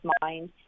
mind